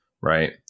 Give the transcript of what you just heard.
Right